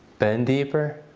bend deeper.